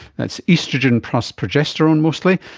that's oestrogen plus progesterone mostly,